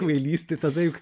kvailystė tada juk